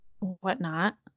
whatnot